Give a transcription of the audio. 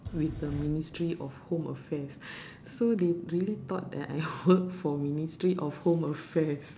with the ministry of home affairs so they really thought that I worked for ministry of home affairs